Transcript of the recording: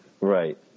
Right